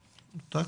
בכללית.